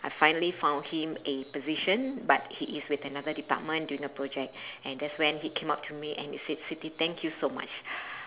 I finally found him a position but he is with another department doing a project and that's when he came up to me and he said siti thank you so much